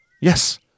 Yes